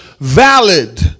valid